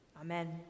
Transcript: Amen